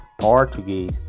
Portuguese